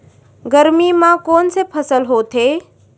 गरमी मा कोन से फसल होथे?